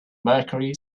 mercury